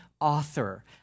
author